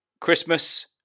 christmas